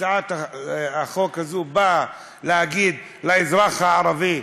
הצעת החוק הזאת נועדה להגיד לאזרח הערבי: